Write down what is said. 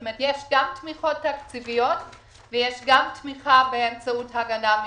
כלומר יש גם תמיכות תקציביות וגם תמיכה באמצעות הגנה במכסים.